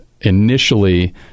initially